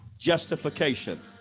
Justification